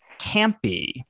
campy